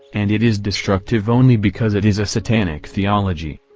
and it is destructive only because it is a satanic theology.